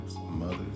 mothers